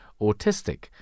autistic